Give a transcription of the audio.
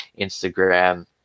instagram